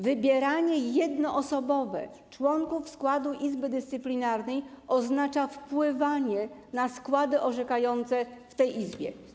Wybieranie jednoosobowo członków składu Izby Dyscyplinarnej oznacza wpływanie na składy orzekające w tej izbie.